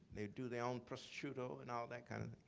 they do their own prosciutto and all that kind of